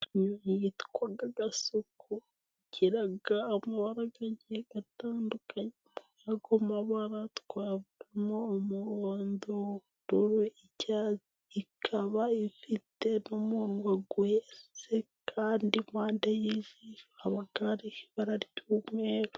Inyoni yitwa gasuku igira amabara atandukanye, muri ayo mabara twavuagamo: umuhondo, ubururu, ikaba ifite umunwa guhese kandi impande y'izuru hakaba ibara ry'umwe.ru